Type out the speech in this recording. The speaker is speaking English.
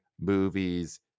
movies